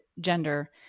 gender